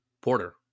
Porter